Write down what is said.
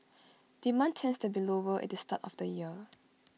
demand tends to be lower at the start of the year